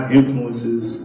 influences